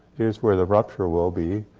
here's where the rupture will be.